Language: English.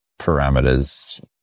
parameters